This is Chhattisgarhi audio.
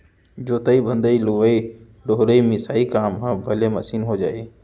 जोतइ भदई, लुवइ डोहरई, मिसाई काम ह भले मसीन हो जाही